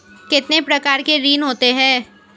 कितने प्रकार के ऋण होते हैं?